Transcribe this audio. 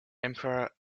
emperor